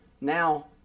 now